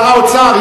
שר האוצר,